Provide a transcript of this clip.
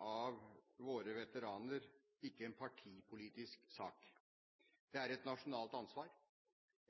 av våre veteraner ikke en partipolitisk sak. Det er et nasjonalt ansvar,